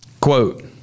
Quote